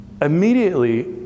immediately